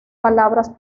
palabras